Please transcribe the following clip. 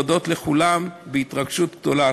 להודות לכולם בהתרגשות גדולה.